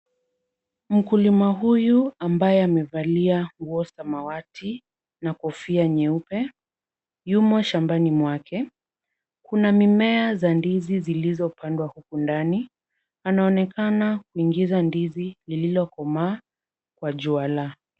Mkulima huyu ambaye amevalia nguo samawati na kofia nyeupe, yumo shambani mwake. Kuna mimea za ndizi zilizopandwa huku ndani. Anaonekana kuingiza ndizi lililokomaa kwa jualaa.